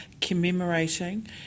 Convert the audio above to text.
commemorating